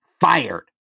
fired